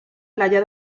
playa